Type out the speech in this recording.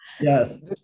yes